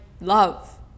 love